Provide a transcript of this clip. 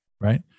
Right